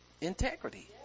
integrity